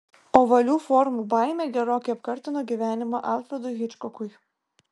ovalių formų baimė gerokai apkartino gyvenimą alfredui hičkokui